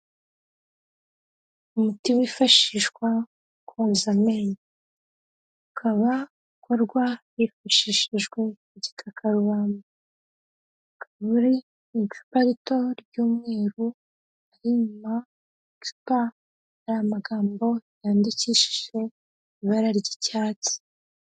Umuti wifashishwa mu koza amenyo, ukaba ukorwa hifashishijwe igikakarubamba, ukaba uri mu icupa rito ry'umweru uri mu macupa hari amagambo yandikishije ibara ry'icyatsi.